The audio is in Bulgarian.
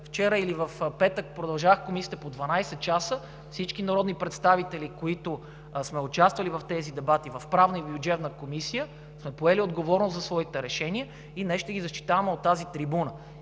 вчера или в петък продължаваха в комисиите по 12 часа, всички народни представители, които сме участвали в тези дебати – в Правната и в Бюджетната комисия, сме поели отговорност за своите решения и днес ще ги защитаваме от тази трибуна.